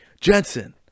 Jensen